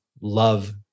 love